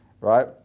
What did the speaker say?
right